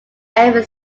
ever